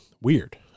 weird